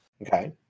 Okay